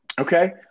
Okay